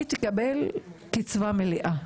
היא תקבל קצבה מלאה.